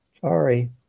Sorry